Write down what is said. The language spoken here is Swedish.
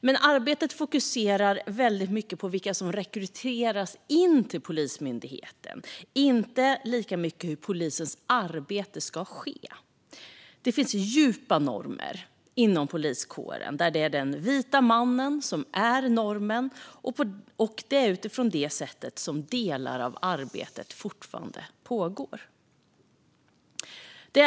Men arbetet fokuserar väldigt mycket på vilka som rekryteras till Polismyndigheten och inte lika mycket på hur polisens arbete ska ske. Det finns djupa normer inom poliskåren. Det är den vita mannen som är normen, och det är utifrån detta som delar av arbetet fortfarande pågår.